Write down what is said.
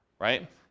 right